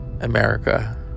America